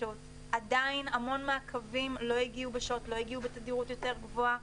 עדיין המון מהקווים לא הגיעו בתדירות יותר גבוהה.